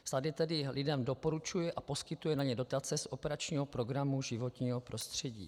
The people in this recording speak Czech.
Stát je tedy lidem doporučuje a poskytuje na ně dotace z operačního programu Životní prostředí.